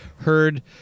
heard